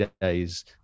days